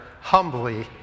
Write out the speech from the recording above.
humbly